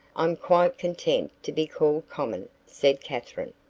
i'm quite content to be called common, said katherine.